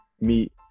meet